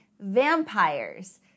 vampires